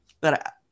but-